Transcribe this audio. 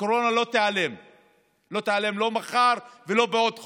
הקורונה לא תיעלם לא מחר ולא בעוד חודש.